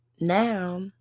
now